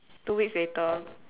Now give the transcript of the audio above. two weeks later